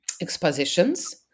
expositions